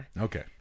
okay